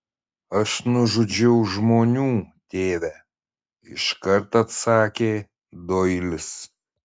aš nužudžiau žmonių tėve iškart atsakė doilis